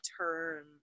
term